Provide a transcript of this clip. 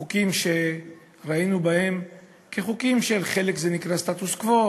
היו חוקים שראינו בחלק מהם סטטוס-קוו,